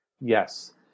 Yes